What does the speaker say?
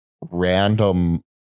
random